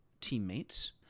teammates